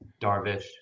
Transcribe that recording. Darvish